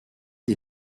des